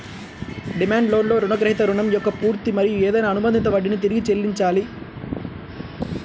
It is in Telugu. డిమాండ్ లోన్లో రుణగ్రహీత రుణం యొక్క పూర్తి మరియు ఏదైనా అనుబంధిత వడ్డీని తిరిగి చెల్లించాలి